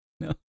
no